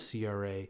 CRA